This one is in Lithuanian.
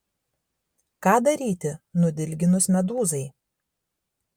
ką daryti nudilginus medūzai